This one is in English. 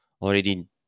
already